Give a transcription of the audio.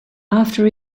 after